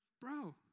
bro